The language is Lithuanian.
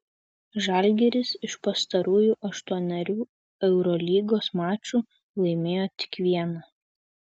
žalgiris iš pastarųjų aštuonerių eurolygos mačų laimėjo tik vieną